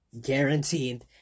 Guaranteed